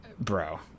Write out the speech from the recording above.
Bro